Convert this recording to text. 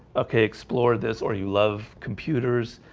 okay explore this or you love computers?